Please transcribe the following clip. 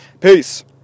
Peace